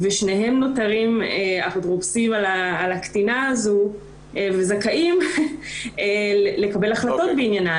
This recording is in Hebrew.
ושניהם נותרים אפוטרופוסים על הקטינה הזו וזכאים לקבל החלטות בעניינה,